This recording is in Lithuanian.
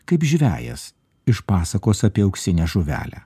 kaip žvejas iš pasakos apie auksinę žuvelę